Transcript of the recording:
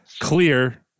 clear